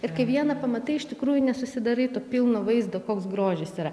ir kai vieną pamatai iš tikrųjų nesusidarai to pilno vaizdo koks grožis yra